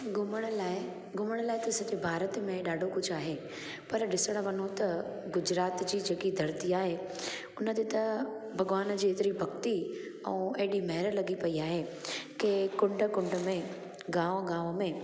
घुमण लाइ घुमण लाइ त सॼे भारत में ॾाढो कुझु आहे पर ॾिसण वञू त गुजरात जी जेकी धरती आहे हुन ते त भॻवान जी एतिरी भक्ति ऐं एॾी महिर लगी पेई आहे की कुंढ कुंढ में गांव गांव में